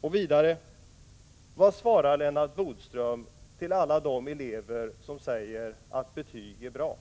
För det andra: Vad svarar Lennart Bodström alla de elever som säger att betyg är bra?